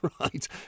right